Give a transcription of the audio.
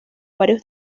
varios